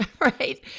right